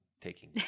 taking